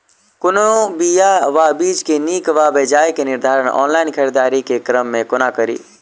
कोनों बीया वा बीज केँ नीक वा बेजाय केँ निर्धारण ऑनलाइन खरीददारी केँ क्रम मे कोना कड़ी?